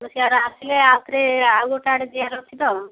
ସିଆଡ଼ୁ ଆସିଲେ ଆଉଥରେ ଆଉ ଗୋଟେ ଆଡ଼େ ଯିବାର ଅଛି ତ